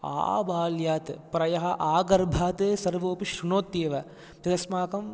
आबाल्यात् प्रयः आगर्भात् सर्वोऽपि श्रुणोत्येव तद् अस्माकम्